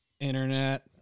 internet